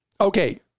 Okay